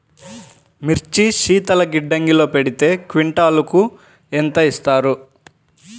మిర్చి శీతల గిడ్డంగిలో పెడితే క్వింటాలుకు ఎంత ఇస్తారు?